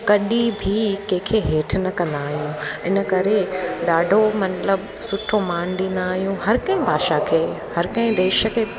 कॾी बि कंहिंखें हेठि न कंदा आहियूं इन करे ॾाढो मतिलबु सुठो मानु ॾींदा आहियूं हर कंहिं भाषा खे हर कंहिं देश खे